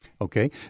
Okay